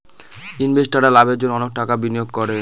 ইনভেস্টাররা লাভের জন্য অনেক টাকা বিনিয়োগ করে